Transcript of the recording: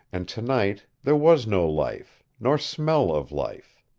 and tonight there was no life, nor smell of life.